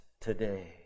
today